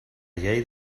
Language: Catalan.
llei